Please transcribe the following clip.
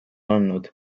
andnud